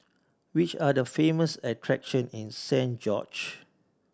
which are the famous attraction in Saint George